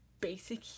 basic